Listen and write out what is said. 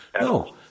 No